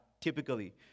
typically